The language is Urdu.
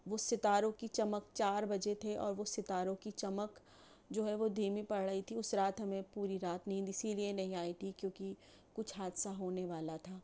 وہ ستاروں کی چمک چار بجے تھے اور وہ ستاروں کی چمک جو ہے وہ دھیمی پڑ رہی تھی اُس رات ہمیں پوری رات نیند اِسی لیے نہیں آئی تھی کیونکہ کچھ حادثہ ہونے والا تھا